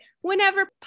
whenever